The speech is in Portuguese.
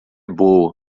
boa